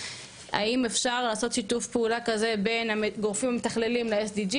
האם אפשר לעשות שיתוף פעולה כזה בין הגופים המתכללים ל-SDG,